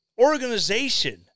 organization